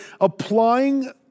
applying